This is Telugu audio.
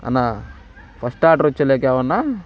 అన్నా ఫస్ట్ ఆర్డర్ వచ్చేలోకి ఏమైనా